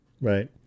Right